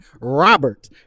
Robert